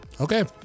Okay